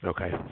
Okay